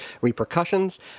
repercussions